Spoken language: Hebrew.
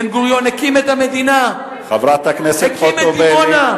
בן-גוריון הקים את המדינה, חברת הכנסת חוטובלי.